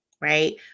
right